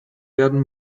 werden